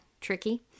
tricky